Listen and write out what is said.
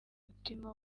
mutima